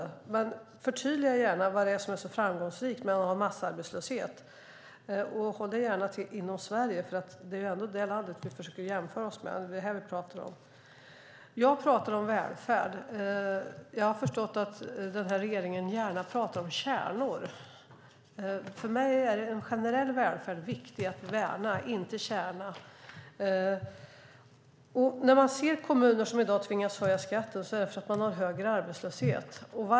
Förtydliga gärna vad det är som är så framgångsrikt med att ha massarbetslöshet! Håll dig gärna också till Sverige, för det är ändå det landet vi pratar om. Jag pratar om välfärd. Jag har förstått att den här regeringen gärna pratar om kärnor. För mig är en generell välfärd viktig att värna, inte kärna ur. Kommuner som i dag tvingas höja skatten tvingas till det för att man har högre arbetslöshet.